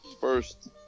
first